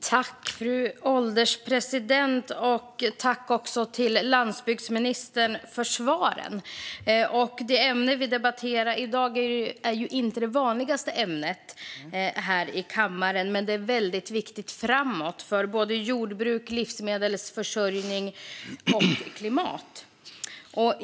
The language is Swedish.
Fru ålderspresident! Tack för svaren, landsbygdsministern! Det ämne vi debatterar i dag är inte det vanligaste här i kammaren, men det är väldigt viktigt framåt för såväl jordbruk och livsmedelsförsörjning som klimat.